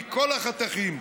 מכל החתכים,